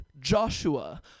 Joshua